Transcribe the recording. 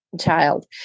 child